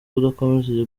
kudakomeza